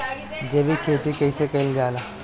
जैविक खेती कईसे कईल जाला?